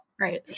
Right